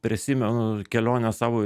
prisimenu kelionę savo